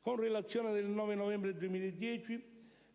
Con relazione del 9 novembre 2010,